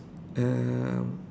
um